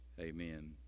Amen